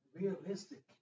realistic